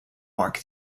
mark